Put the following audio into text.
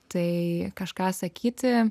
tai kažką sakyti